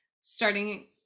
starting